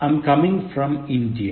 I'm coming from India